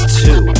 two